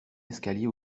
escalier